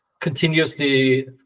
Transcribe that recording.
continuously